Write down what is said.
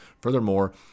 Furthermore